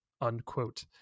unquote